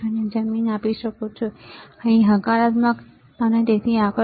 તમે અહીં જમીન આપી શકો છો અહીં હકારાત્મક અને તેથી આગળ